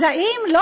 אז האם לא,